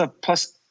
plus